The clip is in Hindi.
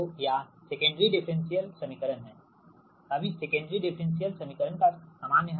तो या सेकेंड्री डिफरेंशियल समीकरण हैअब इस सेकेंड्री डिफरेंशियल समीकरण का सामान्य हल